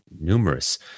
numerous